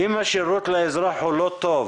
אם השירות לאזרח לא טוב